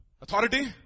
authority